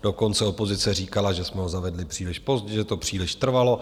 Dokonce opozice říkala, že jsme ho zavedli příliš pozdě, že to příliš trvalo.